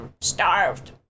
starved